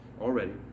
already